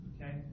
Okay